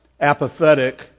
apathetic